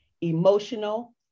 emotional